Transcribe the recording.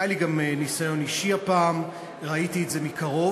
היה לי גם ניסיון אישי הפעם, ראיתי את זה מקרוב.